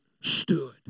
stood